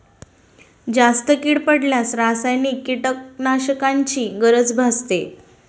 जास्त कीड पडल्यास रासायनिक कीटकनाशकांची गरज भासते